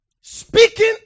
Speaking